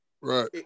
right